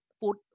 food